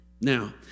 now